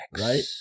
Right